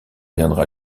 viendra